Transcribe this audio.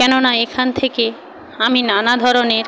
কেননা এখান থেকে আমি নানা ধরনের